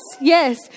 yes